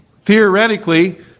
Theoretically